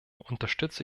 unterstütze